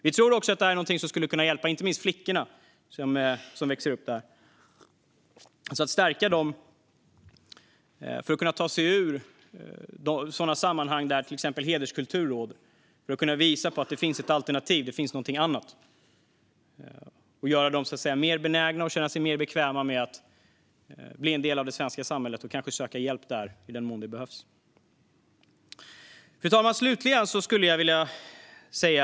Vi tror också att det här är någonting som genom att visa på ett alternativ skulle kunna hjälpa inte minst flickorna som växer upp i sammanhang där till exempel hederskultur råder. Det kan stärka dem och göra dem mer benägna och bekväma med att bli en del av det svenska samhället och kanske söka hjälp i den mån det behövs. Fru talman!